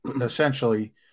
essentially